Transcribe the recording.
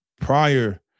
prior